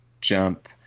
jump